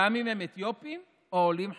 גם אם הם אתיופים או עולים חדשים?